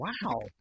Wow